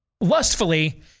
lustfully